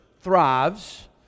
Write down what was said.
thrives